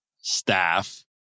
staff